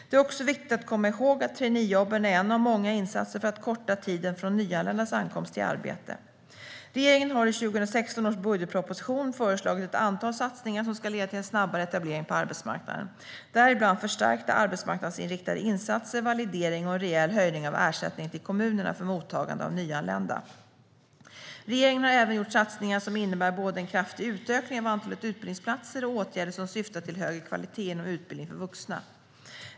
Det är också viktigt att komma ihåg att traineejobben är en av många insatser för att korta tiden från nyanländas ankomst till arbete. Regeringen har i 2016 års budgetproposition föreslagit ett antal satsningar som ska leda till en snabbare etablering på arbetsmarknaden, däribland förstärkta arbetsmarknadsinriktade insatser, validering och en rejäl höjning av ersättningen till kommunerna för mottagande av nyanlända. Regeringen har även gjort satsningar som innebär både en kraftig utökning av antalet utbildningsplatser och åtgärder som syftar till högre kvalitet inom utbildning för vuxna.